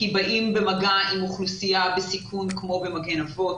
כי באים במגע עם אוכלוסייה בסיכון כמו במגן אבות,